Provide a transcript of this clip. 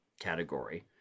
category